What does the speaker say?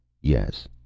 Yes